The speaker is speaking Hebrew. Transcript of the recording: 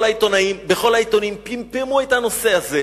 כל העיתונאים בכל העיתונים פמפמו את הנושא הזה.